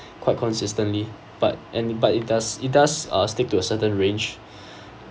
quite consistently but and but it does it does uh stick to a certain range